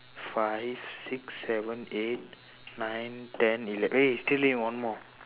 five six seven eight nine ten eleven wait still need one more